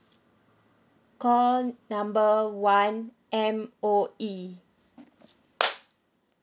call number one M_O_E